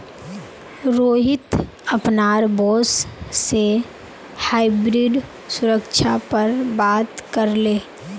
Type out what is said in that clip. रोहित अपनार बॉस से हाइब्रिड सुरक्षा पर बात करले